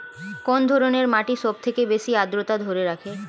কোন ধরনের মাটি সবথেকে বেশি আদ্রতা ধরে রাখে?